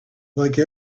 like